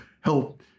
help